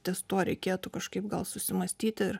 ties tuo reikėtų kažkaip gal susimąstyti